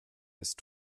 ist